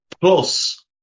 Plus